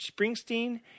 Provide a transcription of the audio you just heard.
Springsteen